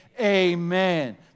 Amen